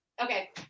okay